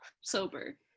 sober